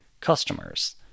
customers